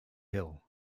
hill